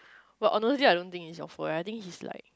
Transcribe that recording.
but honestly I don't it's your fault right I think he's like